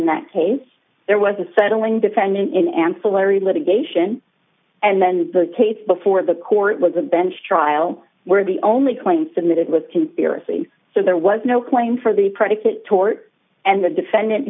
in that case there was a settling defendant in ancillary litigation and then the case before the court was a bench trial where the only claim submit with conspiracy so there was no claim for the products it tort and the defendant